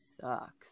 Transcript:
sucks